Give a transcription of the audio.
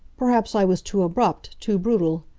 perhaps i was too abrupt, too brutal.